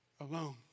alone